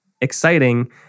exciting